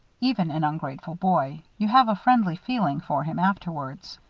even an ungrateful boy, you have a friendly feeling for him afterwards.